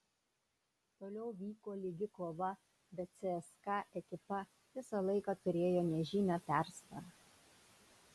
toliau vyko lygi kova bet cska ekipa visą laiką turėjo nežymią persvarą